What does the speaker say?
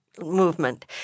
movement